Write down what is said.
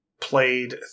played